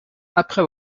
après